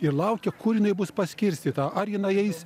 ir laukia kur jinai bus paskirstyta ar jinai eis